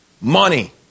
money